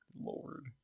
lord